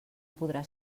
podrà